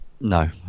No